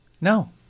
No